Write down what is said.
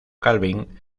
calvin